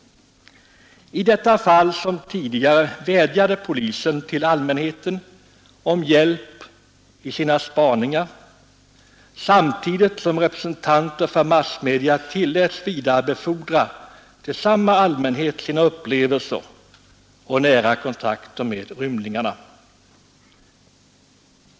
I detta fall som i andra vädjade polisen till allmänheten om hjälp i spaningarna, samtidigt som representanter för massmedia tilläts vidarebefordra till samma allmänhet sina upplevelser och nära kontakter med rymlingarna.